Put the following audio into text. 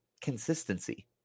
consistency